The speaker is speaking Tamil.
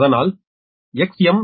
அதனால் Xm2new0